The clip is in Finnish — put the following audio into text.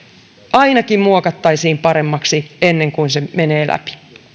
ainakin muokattaisiin paremmaksi ennen kuin se menee läpi